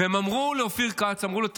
והם אמרו לאופיר כץ: תקשיב,